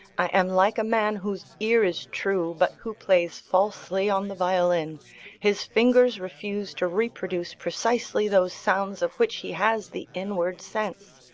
i am like a man whose ear is true but who plays falsely on the violin his fingers refuse to reproduce precisely those sounds of which he has the inward sense.